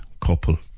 couple